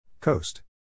Coast